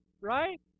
right